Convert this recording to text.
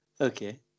Okay